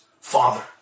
father